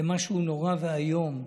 זה משהו נורא ואיום.